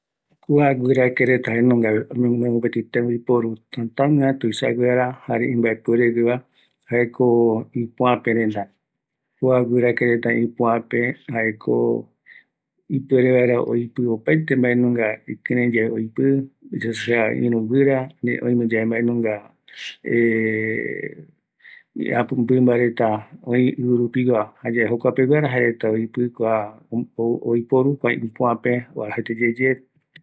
Guirakereta guinoi tembiporu tätägueva, jaeko ipöape reta, oipi vaera opaete jembia, jae kua guinoi retava